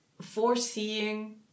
Foreseeing